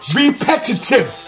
repetitive